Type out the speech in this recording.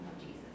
Jesus